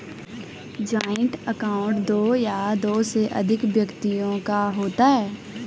joint account दो या दो से अधिक व्यक्तियों का होता है